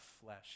flesh